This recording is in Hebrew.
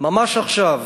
ממש עכשיו.